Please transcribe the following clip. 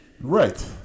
Right